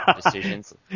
decisions